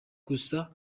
gusa